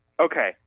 Okay